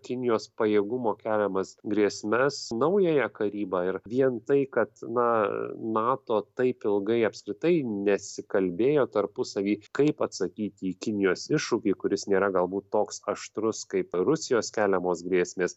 kinijos pajėgumo keliamas grėsmes naująją karybą ir vien tai kad na nato taip ilgai apskritai nesikalbėjo tarpusavy kaip atsakyti į kinijos iššūkį kuris nėra galbūt toks aštrus kaip rusijos keliamos grėsmės